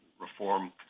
reform